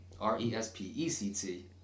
R-E-S-P-E-C-T